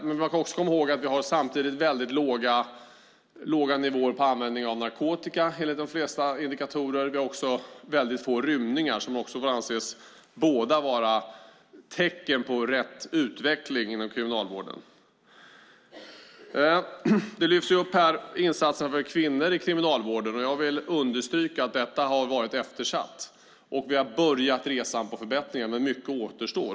Men man ska också komma ihåg att vi har väldigt låga nivåer på användning av narkotika enligt de flesta indikatorer samt väldigt få rymningar, vilket båda får anses vara tecken på att rätt utveckling sker inom kriminalvården. Det lyfts här fram insatser för kvinnor i kriminalvården. Jag vill understryka att detta har varit eftersatt. Vi har börjat resan mot förbättringar, men mycket återstår.